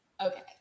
okay